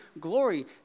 glory